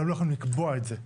אבל הם לא יכולים לקבוע את זה.